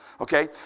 Okay